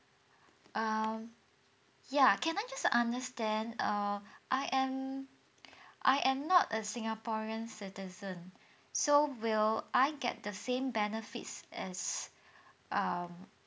um ya can I just understand err I am I am not a singaporean citizen so will I get the same benefits as um